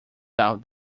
down